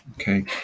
okay